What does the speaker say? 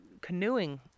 canoeing